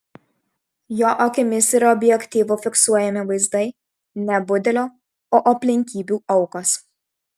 jo akimis ir objektyvu fiksuojami vaizdai ne budelio o aplinkybių aukos